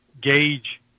gauge